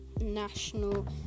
National